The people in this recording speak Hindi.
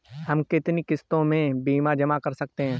हम कितनी किश्तों में बीमा जमा कर सकते हैं?